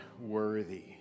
worthy